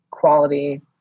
quality